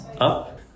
up